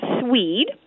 Swede